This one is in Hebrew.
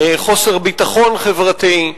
חוסר ביטחון חברתי,